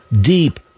deep